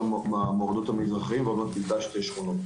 העבודה לא כוללת דרכי תשתית שלא קיימים,